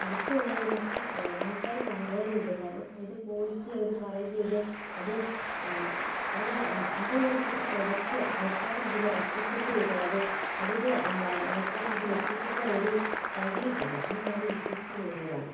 പരസ്യം ഉള്ളതിനൊക്കെ ആൾക്കാർ വാങ്ങാനും ഉണ്ട് കാരണം അതിന്റെ ക്വാളിറ്റി അവർ പറയുന്ന ഇത് അത് അവർ ഒരു പ്രോഡക്റ്റ് ആൾക്കാരുടെ മുന്നിൽ റെപ്രെസെന്റ് ചെയ്യുന്നത് അതിനെ ആൾക്കാരുടെ മുൻപിൽ എത്തിക്കുന്ന ഒരു വഴിയുണ്ടല്ലോ അത് വളരെ വ്യത്യസ്തമേറിയതാണ്